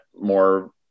more